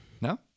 No